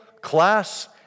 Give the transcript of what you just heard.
class